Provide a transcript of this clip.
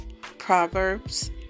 Proverbs